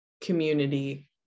community